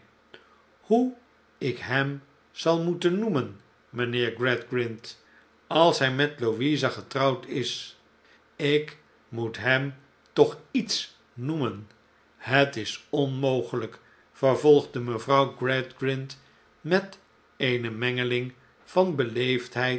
hoe ik hem zal moeten noemen mijnheer gradgrind als hij met louisa getrouwd is ik moet hem toch i e t s noemen het is onmogelijk vervolgde mevrouw gradgrind met eene mengeling vau